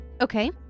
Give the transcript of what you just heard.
Okay